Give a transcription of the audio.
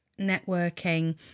networking